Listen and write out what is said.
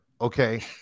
okay